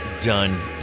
done